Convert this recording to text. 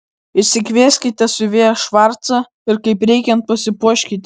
išsikvieskite siuvėją švarcą ir kaip reikiant pasipuoškite